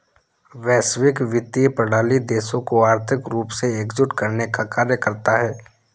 वैश्विक वित्तीय प्रणाली देशों को आर्थिक रूप से एकजुट करने का कार्य करता है